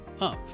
up